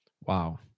wow